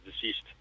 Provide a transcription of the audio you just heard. deceased